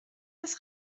des